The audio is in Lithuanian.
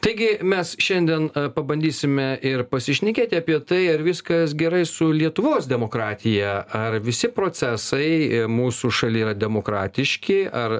taigi mes šiandien pabandysime ir pasišnekėti apie tai ar viskas gerai su lietuvos demokratija ar visi procesai mūsų šaly yra demokratiški ar